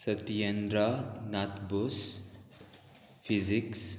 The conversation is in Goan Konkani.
सत्येंद्रा नाथबोस फिजिक्स